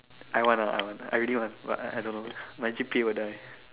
I want ah I want I really want but I I don't know my G_P_A will die